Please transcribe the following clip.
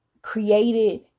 created